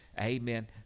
amen